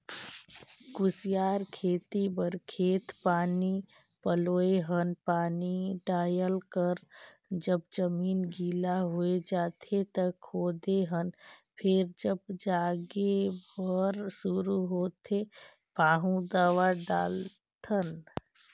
कुसियार खेती बर खेत पानी पलोए हन पानी डायल कर जब जमीन गिला होए जाथें त खोदे हन फेर जब जागे बर शुरू होथे पाहु दवा डालथन